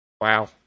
Wow